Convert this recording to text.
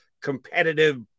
competitive